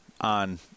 on